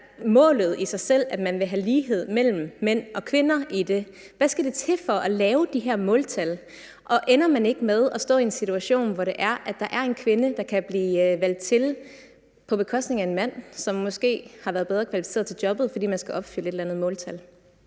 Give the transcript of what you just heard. målet i sig selv, at man vil have lighed mellem mænd og kvinder? Hvad skal det til for at lave de her måltal? Og ender man ikke med at stå i en situation, hvor det er, at der er en kvinde, der kan blive valgt til på bekostning af en mand, som måske var bedre kvalificeret til jobbet, fordi man skal opfylde et eller andet måltal?